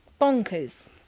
Bonkers